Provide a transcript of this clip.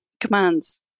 commands